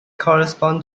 correspond